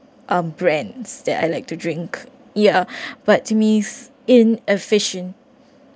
um brands that I like to drink ya but to me in efficient